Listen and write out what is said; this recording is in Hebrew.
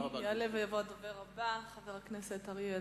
יעלה ויבוא הדובר הבא, חבר הכנסת אריה אלדד.